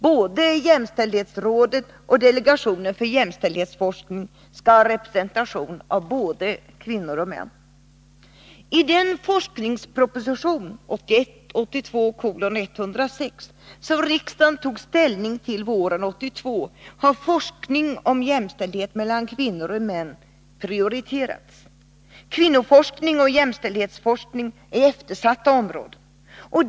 Både jämställdhetsrådet och delegationen för jämställdhetsforskning skall ha representation av både kvinnor och män. I den forskningsproposition, 1981/82:106, som riksdagen tog ställning till våren 1982 har forskning om jämställdhet mellan kvinnor och män prioriterats. Kvinnoforskning och jämställdhetsforskning är eftersatta områden.